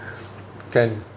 can